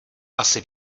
asi